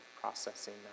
processing